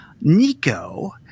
Nico